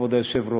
כבוד היושב-ראש.